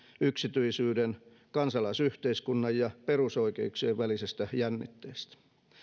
yksityisyyden kansalaisyhteiskunnan ja perusoikeuksien välisestä jännitteestä